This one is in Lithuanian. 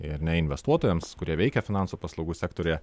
ir ne investuotojams kurie veikia finansų paslaugų sektoriuje